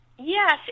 Yes